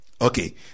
Okay